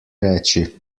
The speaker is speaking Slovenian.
reči